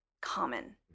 common